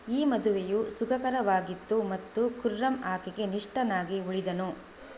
ಈ ಮದುವೆಯು ಸುಖಕರವಾಗಿತ್ತು ಮತ್ತು ಖುರ್ರಮ್ ಆಕೆಗೆ ನಿಷ್ಠನಾಗಿ ಉಳಿದನು